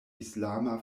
islama